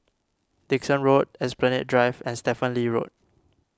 Dickson Road Esplanade Drive and Stephen Lee Road